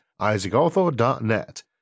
IsaacArthur.net